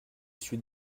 suis